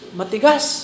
matigas